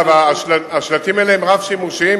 אגב, השלטים האלה הם רב-שימושיים.